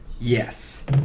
Yes